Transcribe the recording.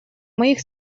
моих